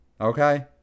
Okay